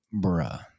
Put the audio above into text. Bruh